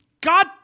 God